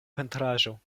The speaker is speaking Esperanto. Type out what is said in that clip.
pentraĵo